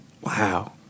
Wow